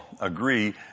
agree